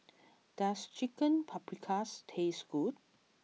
does Chicken Paprikas taste good